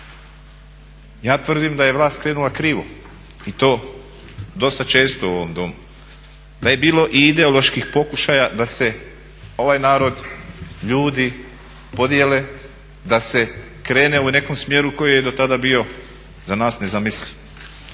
Ja tvrdim da je vlast krenula krivo i to dosta često u ovom domu, da je bilo i ideoloških pokušaja da se ovaj narod, ljudi podijele, da se krene u nekom smjeru koji je do tada bio za nas nezamisliv.